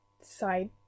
Side